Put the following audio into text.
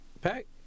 pack